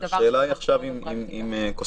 השאלה היא האם קוסמטיקאית,